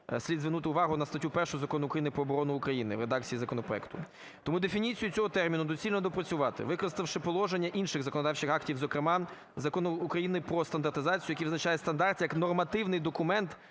Слід звернути увагу на статтю 1 Закону України "Про оборону України" в редакції законопроекту. Тому дефініцію цього терміну доцільно доопрацювати, використавши положення інших законодавчих актів, зокрема Закону України "Про стандартизацію", який визначає стандарт як нормативний документ,